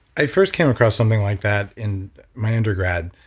i first came across something like that in my undergrad.